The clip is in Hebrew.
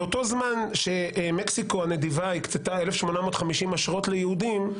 באותו זמן שמקסיקו הנדיבה הקצתה 1,850 אשרות ליהודים,